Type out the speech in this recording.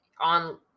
on